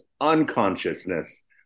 unconsciousness